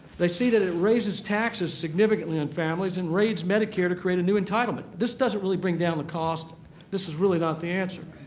they see that it raises taxes significantly on families, and raids medicare to create a new entitlement. this doesn't really bring down the cost this is really not the answer.